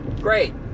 great